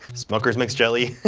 smuckers makes jelly.